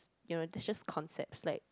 you know it's just concepts like